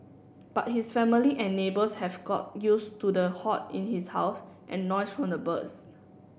but his family and neighbours have got used to the hoard in his house and noise from the birds